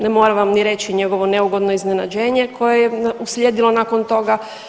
Ne moram vam ni reći njegovo neugodno iznenađenje koje je uslijedilo nakon toga.